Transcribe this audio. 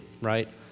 right